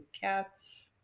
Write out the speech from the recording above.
cats